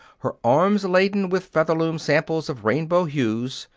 her arms laden with featherloom samples of rainbow hues,